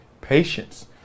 Patience